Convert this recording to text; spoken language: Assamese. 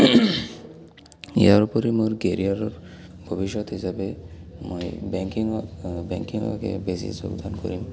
ইয়াৰ উপৰি মোৰ কেৰিয়াৰৰ ভৱিষ্যত হিচাপে মই বেংকিঙক বেংকিঙকে বেছি যোগদান কৰিম